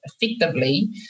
effectively